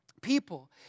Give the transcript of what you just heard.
people